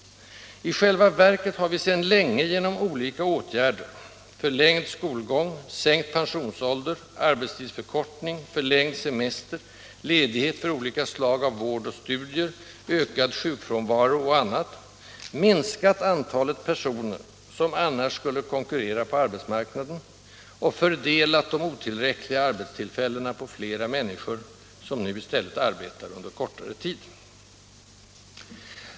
I själva verket har vi sedan länge genom olika åtgärder — förlängd skolgång, sänkt pensionsålder, arbetstidsförkortning, förlängd semester, ledigheter för olika slag av vård och studier, ökad sjukfrånvaro och annat — minskat antalet personer, som annars skulle konkurrera på arbetsmarknaden, och bland de återstående fördelat de otillräckliga arbetstillfällena på flera människor, som nu i stället arbetar under kortare tid.